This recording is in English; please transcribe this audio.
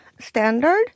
standard